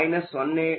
3 0